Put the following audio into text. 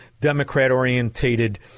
Democrat-orientated